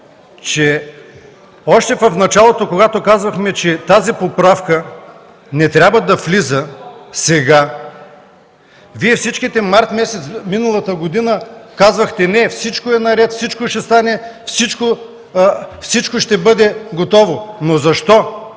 че още в началото, когато казвахме, че тази поправка не трябва да влиза сега, Вие всички през март миналата година казвахте: „Не, всичко е наред, всичко ще стане, всичко ще бъде готово”. Но защо?